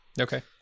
okay